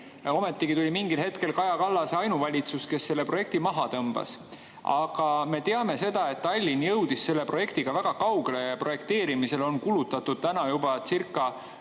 Ometigi tuli mingil hetkel Kaja Kallase ainuvalitsus, kes selle projekti maha tõmbas. Aga me teame seda, et Tallinn jõudis selle projektiga väga kaugele, projekteerimisele on kulutatud juba üle